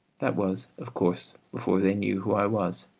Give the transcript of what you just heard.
that was, of course, before they knew who i was.